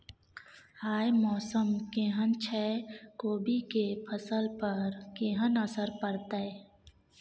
आय मौसम केहन छै कोबी के फसल पर केहन असर परतै?